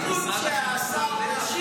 התלמידים בבית, משרד החינוך לא יודע איפה הם.